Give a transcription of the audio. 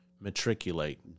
matriculate